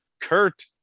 kurt